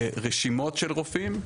רשימות של רופאים,